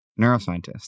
neuroscientist